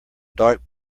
dark